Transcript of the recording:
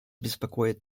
беспокоит